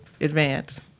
advance